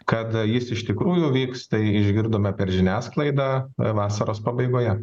kad jis iš tikrųjų vyks tai išgirdome per žiniasklaidą vasaros pabaigoje